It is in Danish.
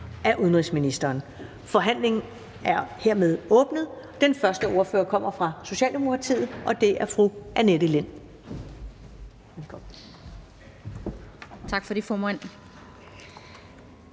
(Karen Ellemann): Forhandlingen er hermed åbnet. Den første ordfører kommer fra Socialdemokratiet, og det er fru Annette Lind.